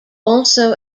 also